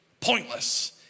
pointless